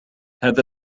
هذا